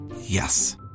Yes